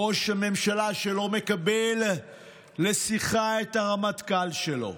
ראש ממשלה שלא מקבל לשיחה את הרמטכ"ל שלו.